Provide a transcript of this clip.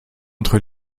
entre